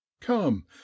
come